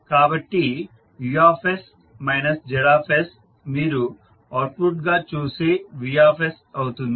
కాబట్టి US Z మీరు output గా చూసే V అవుతుంది